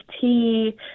tea